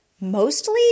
mostly